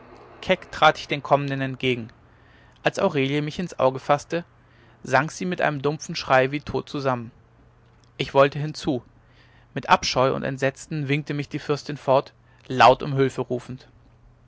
trat ich den kommenden entgegen als aurelie mich ins auge faßte sank sie mit einem dumpfen schrei wie tot zusammen ich wollte hinzu mit abscheu und entsetzen winkte mich die fürstin fort laut um hülfe rufend